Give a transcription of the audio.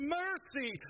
mercy